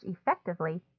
effectively